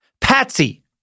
Patsy